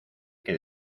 que